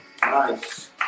Nice